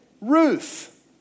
Ruth